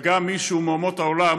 וגם מישהו מאומות העולם